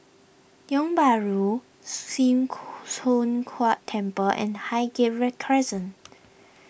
Tiong Bahru Sim Choon Huat Temple and Highgate Crescent